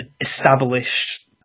established